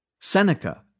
Seneca